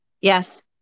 Yes